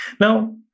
Now